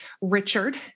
Richard